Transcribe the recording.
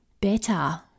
better